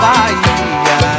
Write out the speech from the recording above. Bahia